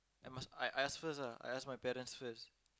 I must I I ask first ah I ask my parents first